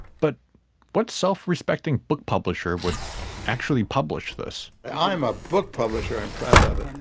but what self-respecting book publisher would actually publish this? i'm a book publisher and proud of it. and